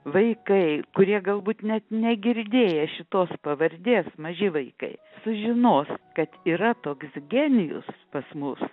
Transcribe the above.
vaikai kurie galbūt net negirdėję šitos pavardės maži vaikai sužinos kad yra toks genijus pas mus